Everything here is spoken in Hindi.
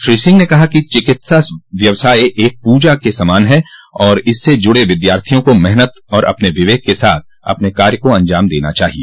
श्री सिंह ने कहा कि चिकित्सा व्यवसाय एक पूजा के समान है और इससे जुड़े विद्यार्थियों को मेहनत और अपने विवेक के साथ अपने कार्य को अंजाम देना चाहिए